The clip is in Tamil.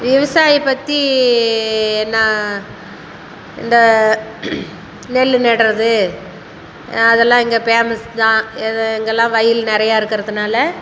விவசாயம் பற்றி என்ன இந்த நெல் நடுறது அதெல்லாம் இங்கே பேமஸ் தான் எது இங்கேல்லாம் வயல் நிறையா இருக்கறதுனால